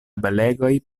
belegaj